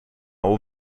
och